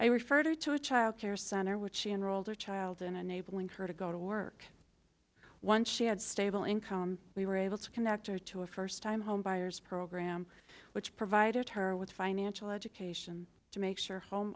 i referred to a child care center which she enrolled her child in enabling her to go to work once she had stable income we were able to connect her to a first time home buyers program which provided her with five anshul education to make sure home